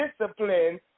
discipline